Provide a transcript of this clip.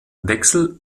wechsel